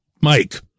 Mike